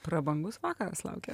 prabangus vakaras laukia